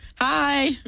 Hi